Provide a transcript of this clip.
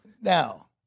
Now